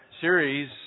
series